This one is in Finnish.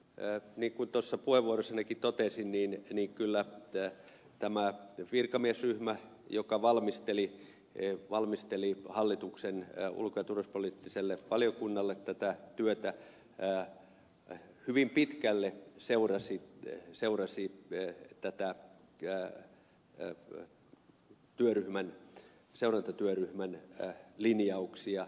niin kuin tuossa puheenvuorossanikin totesin kyllä tämä virkamiesryhmä joka valmisteli hallituksen ulko ja turvallisuuspoliittiselle valiokunnalle tätä työtä hyvin pitkälle seurasi seurantatyöryhmän linjauksia